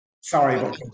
Sorry